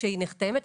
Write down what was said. כשהיא נחתמת,